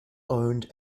owned